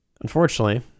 Unfortunately